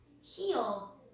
heal